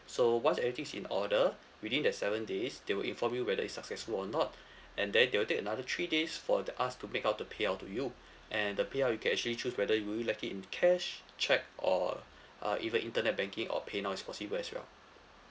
so once everything is in order within that seven days they will inform you whether it's successful or not and then they will take another three days for the us to make out the payout to you and the payout you can actually choose whether you would you like it in cash cheque or uh even internet banking or paynow is possible as well